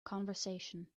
conversation